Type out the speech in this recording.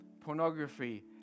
pornography